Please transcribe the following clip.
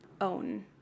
own